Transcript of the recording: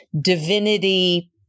divinity